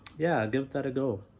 yeah give that a go.